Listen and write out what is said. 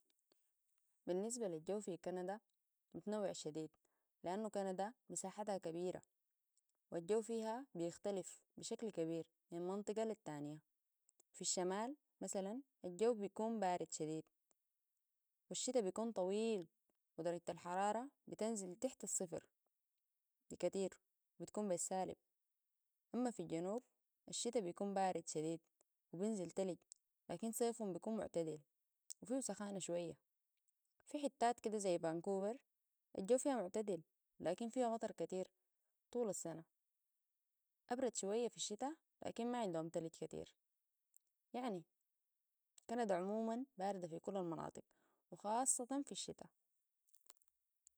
بالنسبة للجو في كندا متنوع شديد لأنو كندا مساحتها كبيرة والجو فيها بيختلف بشكل كبير من منطقة للتانية في الشمال مثلا الجو بيكون بارد شديد والشتاء بيكون طويل ودرجة الحرارة بتنزل تحت الصفر بي كتير وبتكون بي السالب أما في الجنوب الشتاء بيكون بارد شديد وبينزل تلج لكن صيفهم بيكون معتدل وفيه سخانة شوية في حتات كده زي بانكوفر الجو فيها معتدل لكن فيه مطر كتير طول السنة تبرد شوية في الشتاء لكن مع عندهم تلج كتير يعني كندا عموما باردة في كل المناطق وخاصة في الشتاء